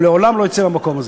הוא לעולם לא יצא מהמקום הזה.